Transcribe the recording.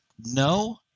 No